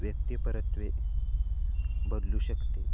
व्यक्तीपरत्वे बदलू शकते